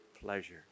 pleasure